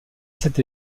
cet